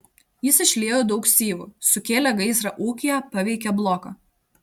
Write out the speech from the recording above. jis išliejo daug syvų sukėlė gaisrą ūkyje paveikė bloką